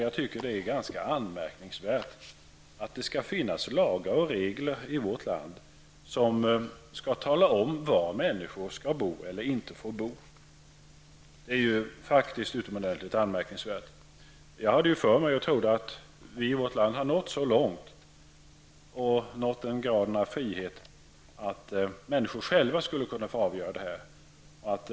Jag tycker det är anmärkningsvärt att det finns lagar och regler i vårt land som bestämmer var människor skall bo resp. inte bo. Jag trodde att vi i vårt land hade nått en grad av frihet som gjorde att människor själva fick avgöra detta.